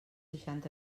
seixanta